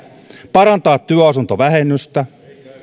parantaa työasuntovähennystä